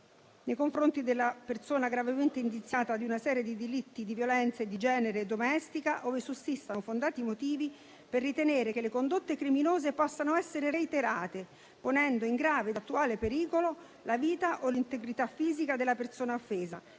nei confronti della persona gravemente indiziata di una serie di delitti di violenza, di genere e domestica, ove sussistano fondati motivi per ritenere che le condotte criminose possano essere reiterate, ponendo in grave ed attuale pericolo la vita o l'integrità fisica della persona offesa